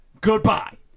Goodbye